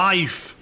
Life